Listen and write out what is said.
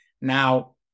Now